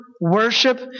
worship